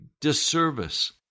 disservice